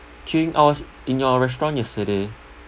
queuing I was in your restaurant yesterday